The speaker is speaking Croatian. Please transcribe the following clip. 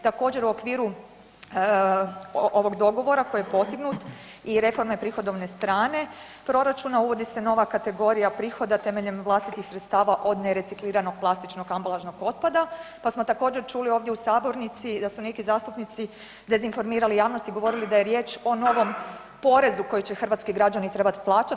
Također u okviru ovog dogovora koji je postignut i reforme prihodovne strane proračuna uvodi se nova kategorija prihoda temeljem vlastitih sredstava od nerecikliranog plastičnog ambalažnog otpada pa smo također čuli ovdje u sabornici da su neki zastupnici dezinformirali javnost i govorili da je riječ o novom porezu koje će hrvatski građani trebati plaćati.